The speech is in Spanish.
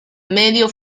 medio